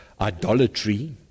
idolatry